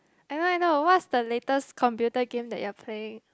I know I know what's the latest computer game that you're playing